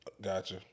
Gotcha